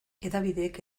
hedabideak